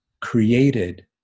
created